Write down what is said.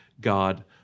God